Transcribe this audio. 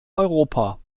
europa